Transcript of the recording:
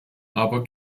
aber